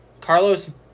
Carlos